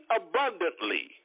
abundantly